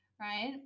right